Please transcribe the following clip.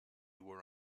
were